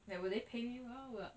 like will they pay me well